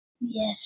Yes